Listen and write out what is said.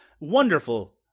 wonderful